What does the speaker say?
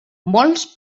molts